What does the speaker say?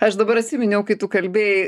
aš dabar atsiminiau kai tu kalbėjai